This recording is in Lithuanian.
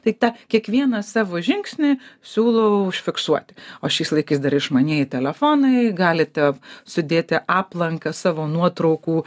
tai tą kiekvieną savo žingsnį siūlau užfiksuoti o šiais laikais dar išmanieji telefonai galite sudėti aplanką savo nuotraukų